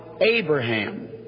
Abraham